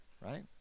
right